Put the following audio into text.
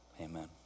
Amen